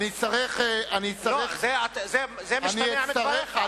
זה משתמע מדבריך.